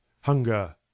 hunger